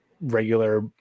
regular